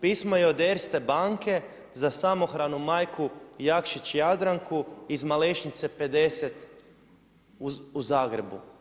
pismo je od Erste banke za samohranu majku Jakšić Jadranku iz Malešnice 50 u Zagrebu.